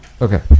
Okay